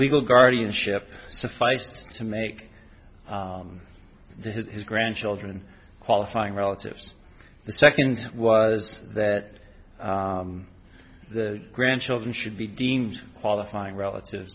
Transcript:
legal guardianship sufficed to make the his grandchildren qualifying relatives the second was that the grandchildren should be deemed qualifying relatives